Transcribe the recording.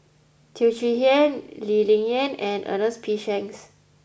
Teo Chee Hean Lee Ling Yen and Ernest P Shanks